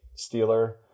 Steeler